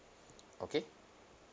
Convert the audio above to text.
okay